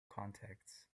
contexts